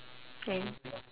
then